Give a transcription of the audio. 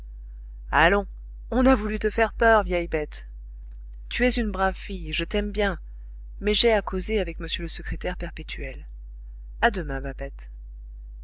on a voulu te faire peur vieille bête tu es une brave fille je l'aime bien mais j'ai à causer avec m le secrétaire perpétuel à demain